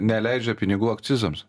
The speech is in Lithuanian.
neleidžia pinigų akcizams